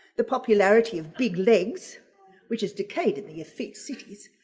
the popularity of big legs which is decayed and the effete cities,